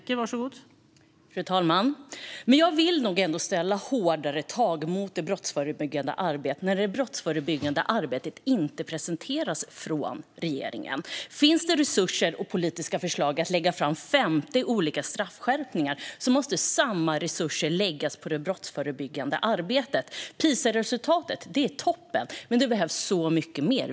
Fru talman! Jag vill nog ändå ställa hårdare tag mot det brottsförebyggande arbetet när detta arbete inte presenteras från regeringen. Finns det resurser för att lägga fram politiska förslag om 50 olika straffskärpningar måste samma resurser läggas på det brottsförebyggande arbetet. PISA-resultatet är toppen, men det behövs mycket mer.